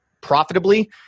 profitably